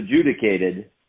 adjudicated